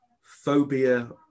phobia